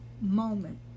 moment